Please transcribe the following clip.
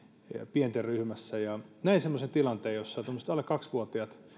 pienten ryhmässä näin semmoisen tilanteen jossa tuommoisille alle kaksivuotiaille